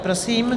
Prosím.